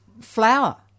flour